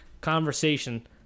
conversation